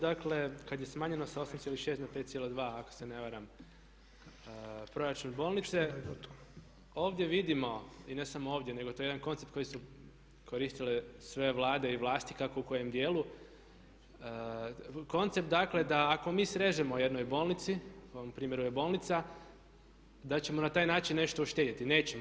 Dakle kada je smanjeno sa 8,6 na 5,2 ako se ne varam proračun bolnice ovdje vidimo i ne samo ovdje nego to je jedan koncept koji su koristile sve Vlade i vlasti kako u kojem dijelu, koncept dakle da ako mi srežemo u jednoj bolnici, u ovom primjeru je bolnica da ćemo na taj način nešto uštedjeti, nećemo.